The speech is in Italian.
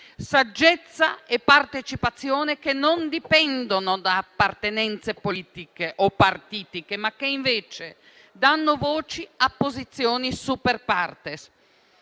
saggezza e partecipazione che non dipendono da appartenenze politiche o partitiche, ma che invece danno voce a posizioni *super partes*?